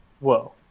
Whoa